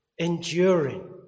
Enduring